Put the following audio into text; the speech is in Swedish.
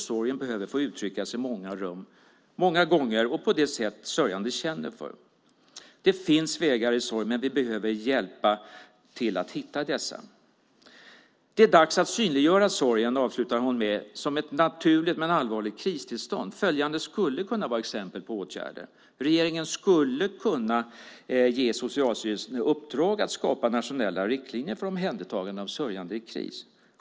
Sorgen behöver få uttryckas i många rum, många gånger och på det sätt sörjande känner för. Det finns vägar i sorg, men vi behöver hjälpa till att hitta dessa. Det är dags att synliggöra sorgen, avslutar hon, som ett naturligt men allvarligt kristillstånd. Följande skulle kunna vara exempel på åtgärder. Regeringen skulle kunna ge Socialstyrelsen i uppdrag att skapa nationella riktlinjer för omhändertagande av sörjande i kris.